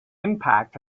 impact